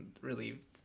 relieved